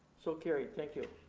so carried, thank you.